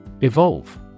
Evolve